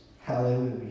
hallelujah